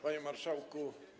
Panie Marszałku!